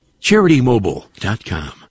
CharityMobile.com